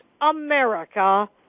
America